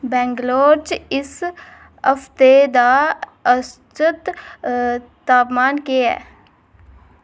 बैंगलोर च इस हफ्ते दा औस्त तापमान केह् ऐ